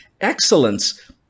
excellence